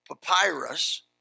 papyrus